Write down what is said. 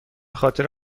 خاطر